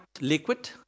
liquid